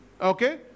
Okay